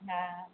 हा